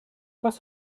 was